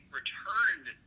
returned